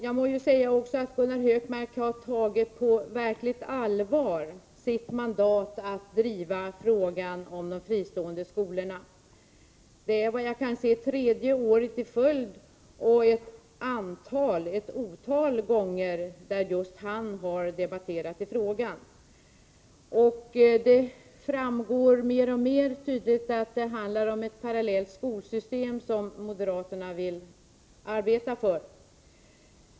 Jag må också säga att Gunnar Hökmark har tagit sitt mandat att driva frågan om de fristående skolorna på verkligt allvar. Det är nu, såvitt jag kan se, tredje året i följd det sker, och det är ett otal gånger som just han har debatterat i frågan. Det framgår mer och mer tydligt att det är ett parallellt skolsystem som moderaterna vill arbeta för.